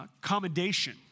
commendation